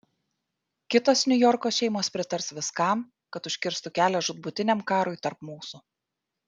kitos niujorko šeimos pritars viskam kad užkirstų kelią žūtbūtiniam karui tarp mūsų